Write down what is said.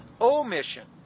omission